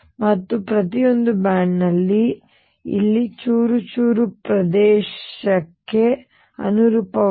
ಮತ್ತು ಈ ಪ್ರತಿಯೊಂದು ಬ್ಯಾಂಡ್ ಇಲ್ಲಿ ಚೂರುಚೂರು ಪ್ರದೇಶಕ್ಕೆ ಅನುರೂಪವಾಗಿದೆ